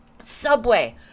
subway